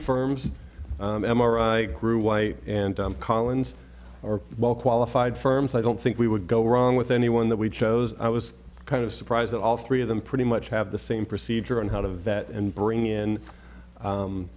firms m r i grew white and collins or well qualified firms i don't think we would go wrong with anyone that we chose i was kind of surprised that all three of them pretty much have the same procedure on how to vet and bring in